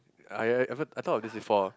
I a~ ever I thought of this before